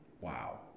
Wow